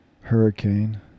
hurricane